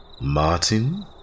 Martin